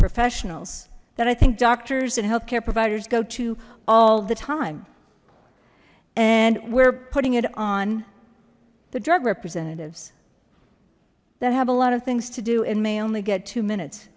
professionals that i think doctors and health care providers go to all the time and we're putting it on the drug representatives that have a lot of things to do and may only get two minutes